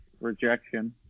rejection